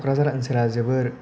क'क्राझार ओनसोला जोबोर